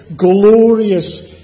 glorious